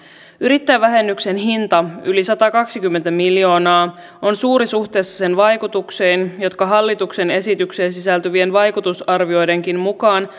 yrittäjävähennyksen hinta yli satakaksikymmentä miljoonaa on suuri suhteessa sen vaikutuksiin jotka hallituksen esitykseen sisältyvien vaikutusarvioidenkin mukaan